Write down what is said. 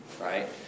right